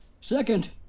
Second